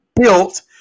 built